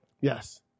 Yes